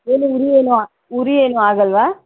ಏನು ಉರಿ ಏನು ಉರಿ ಏನೂ ಆಗೋಲ್ವಾ